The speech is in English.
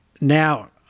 now